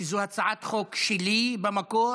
שזאת הצעת חוק שלי במקור,